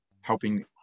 helping